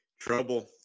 Trouble